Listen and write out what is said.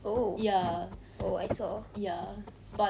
oh oh I saw